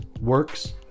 works